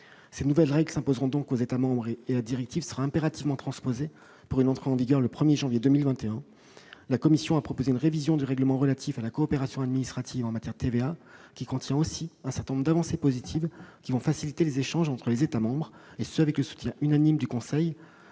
Les nouvelles règles s'imposeront donc aux États membres, et la directive sera impérativement transposée pour une entrée en vigueur le 1 janvier 2021. La Commission a proposé une révision du règlement relatif à la coopération administrative en matière de TVA, qui contient aussi un certain nombre d'avancées positives de nature à faciliter les échanges entre les États membres, et ce avec le soutien unanime du conseil